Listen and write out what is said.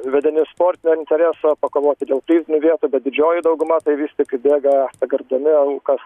vedini sportinio intereso pakovoti dėl prizinių vietų bet didžioji dauguma tai vis tik bėga pagerbdami aukas